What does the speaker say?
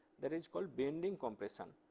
that is called bending compression.